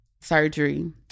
surgery